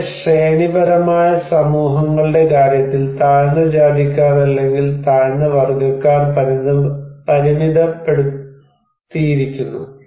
വളരെ ശ്രേണിപരമായ സമൂഹങ്ങളുടെ കാര്യത്തിൽ താഴ്ന്ന ജാതിക്കാർ അല്ലെങ്കിൽ താഴ്ന്ന വർഗ്ഗക്കാർ പരിമിതപ്പെടുത്തിയിരിക്കുന്നു